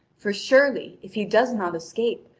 for surely, if he does not escape,